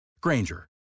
Granger